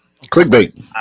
Clickbait